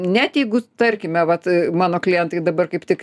net jeigu tarkime vat mano klientai dabar kaip tik